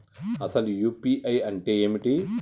అసలు యూ.పీ.ఐ అంటే ఏమిటి?